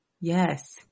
Yes